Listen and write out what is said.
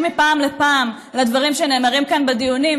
מפעם לפעם לדברים שנאמרים כאן בדיונים,